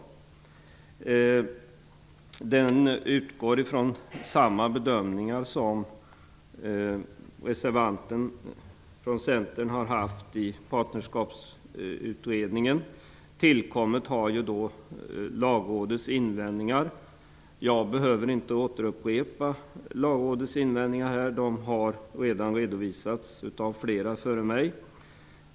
I reservationen utgår vi från samma bedömningar som reservanten från Centern har fört fram i Partnerskapsutredningen. Tillkommit har Lagrådets invändningar. Jag behöver inte här upprepa dessa invändningar; de har redan redovisats av flera talare före mig.